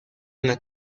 una